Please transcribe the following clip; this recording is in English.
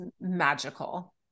magical